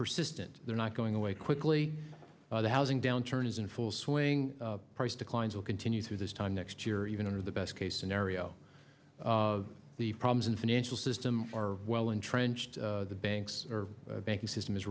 persistent they're not going away quickly the housing downturn is in full swing price declines will continue through this time next year even under the best case scenario the problems in the financial system are well entrenched the banks are banking system is